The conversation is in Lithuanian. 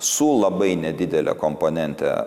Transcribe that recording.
su labai nedidele komponente